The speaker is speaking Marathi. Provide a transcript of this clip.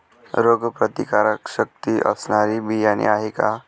रोगप्रतिकारशक्ती असणारी बियाणे आहे का?